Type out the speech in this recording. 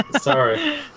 sorry